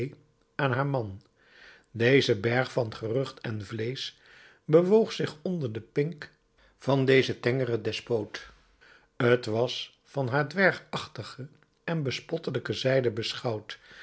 aan haar man deze berg van gerucht en vleesch bewoog zich onder den pink van dezen tengeren despoot t was van haar dwergachtige en bespottelijke zijde beschouwd